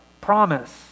promise